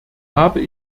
habe